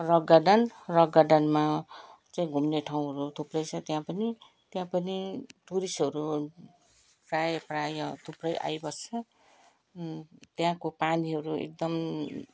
rock Garden Rock गार्डनमा चाहिँ घुम्ने ठाउँहरू थुप्रै छ त्यहाँ पनि त्यहाँ पनि टुरिस्टहरू प्रायः प्रायः थुप्रै आइबस्छ त्यहाँको पानीहरू एकदम